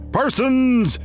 persons